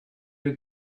you